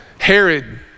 Herod